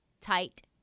tight